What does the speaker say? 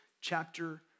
chapter